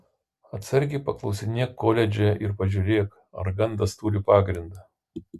atsargiai paklausinėk koledže ir pažiūrėk ar gandas turi pagrindą